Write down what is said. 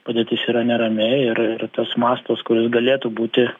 padėtis yra nerami ir ir tas mastas kuris galėtų būti